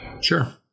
Sure